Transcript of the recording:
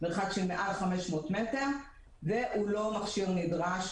במרחק של מעל 500 מטר והוא לא מכשיר נדרש.